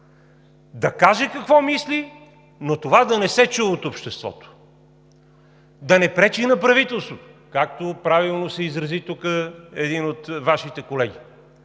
да каже какво мисли, но това да не се чуе от обществото; да не пречи на правителството, както правилно се изрази тук един от Вашите колеги;